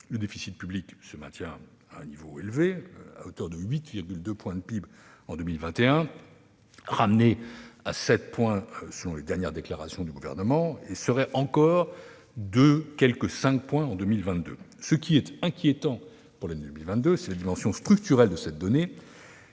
Le déficit public se maintient à 8,2 points de PIB, ramené à 7 points selon les dernières déclarations du Gouvernement ; il serait encore de quelque 5 points en 2022. Ce qui est inquiétant pour l'année 2022, c'est la dimension structurelle du déficit.